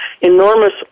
enormous